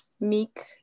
Meek